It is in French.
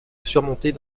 surmontés